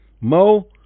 Mo